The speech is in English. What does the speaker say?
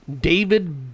David